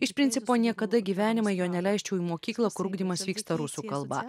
iš principo niekada gyvenime jo neleisčiau į mokyklą kur ugdymas vyksta rusų kalba